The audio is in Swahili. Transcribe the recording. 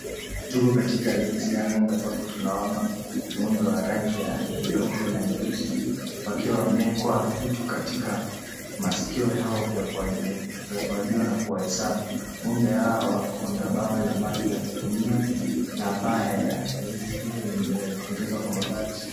Tuko katika zizi ya ng'ombe, ambapo tunaona ng'ombe wa rangi ya nyeupe na nyeusi wakiwa wameekwa vitu katika maskio yao vya kuwajua na kuwahesabu. Ng'ombe hawa wako na bawa la maji ya kukunywia, na paa ya zizi hilo limetengenezwa kwa mabati.